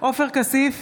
עופר כסיף,